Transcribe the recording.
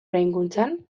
eraikuntzan